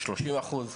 ב-30%?